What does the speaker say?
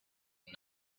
and